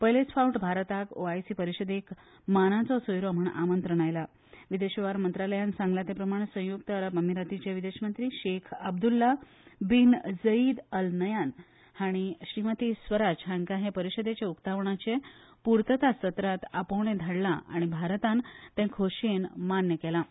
पयलेच फावट भारताक ओआयसी परिशदेक मानाचो सोयरो म्द्रूण आमंत्रण आयलां विदेश वेव्हार मंत्रालयान सांगलां ते प्रमाण संयुक्त अरब अमिरातीचे विदेश मंत्री Sheikh Abdullah bin Zayed Al Nahyan हांणी श्रीमती स्वराज हांकां हे परिशदेचें उकतावणाचे पुर्तताय आपोवणें धघडलां आनी भारतान ते खोशयेन मान्य केलां